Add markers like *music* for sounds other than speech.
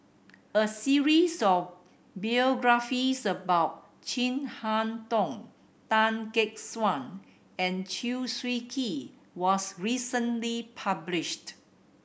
a series of *unintelligible* about Chin Harn Tong Tan Gek Suan and Chew Swee Kee was recently published